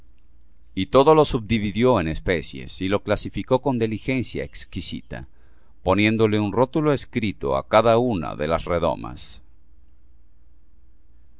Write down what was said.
y todo lo subdividió en especies y lo clasificó con diligencia exquisita poniéndole un rótulo escrito á cada una de las redomas